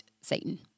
Satan